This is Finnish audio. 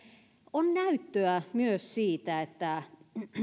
on näyttöä myös siitä että